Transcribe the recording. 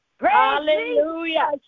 Hallelujah